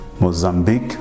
Mozambique